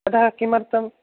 अतः किमर्थं